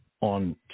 on